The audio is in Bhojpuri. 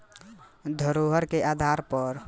धरोहर के आधार पर भी बैंक पइसा देवेला